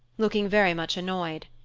looking very much annoyed.